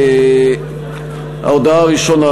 ההודעה הראשונה,